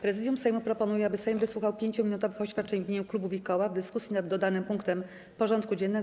Prezydium Sejmu proponuje, aby Sejm wysłuchał 5-minutowych oświadczeń w imieniu klubów i koła w dyskusji nad dodanym punktem porządku dziennego.